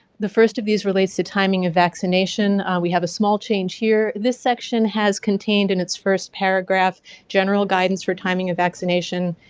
the first of these relates to timing of vaccination, we have a small change here. this section has contained in its first paragraph general guidance for timing of vaccination,